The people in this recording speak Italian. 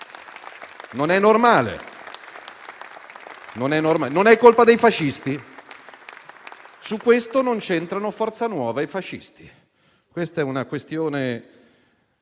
Non è normale. Non è colpa dei fascisti: in questo non c'entrano Forza Nuova e i fascisti. È una questione